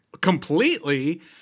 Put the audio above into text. completely